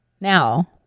Now